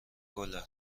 گلر